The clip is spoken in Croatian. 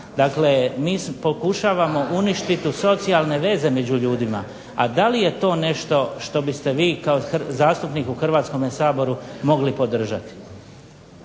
dakle mi pokušavamo uništiti socijalne veze među ljudi, a da li je to nešto što biste vi kao zastupnik u Hrvatskome saboru mogli podržati.